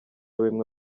bimwe